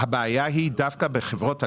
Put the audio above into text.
הבעיה היא דווקא בחברות הגדולות,